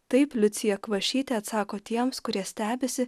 taip liucija kvašytė atsako tiems kurie stebisi